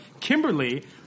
Kimberly